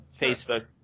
Facebook